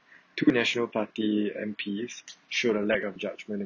two national party M_Ps showed a lack of judgment